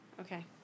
okay